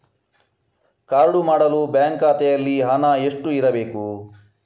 Card ಮಾಡಲು bank ಖಾತೆಯಲ್ಲಿ ಹಣ ಎಷ್ಟು ಇರಬೇಕು?